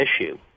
issue